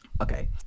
Okay